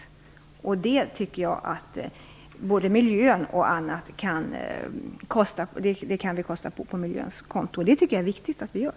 Kostnaderna kan vi ta från miljökostnadskontot, vilket är viktigt att vi gör.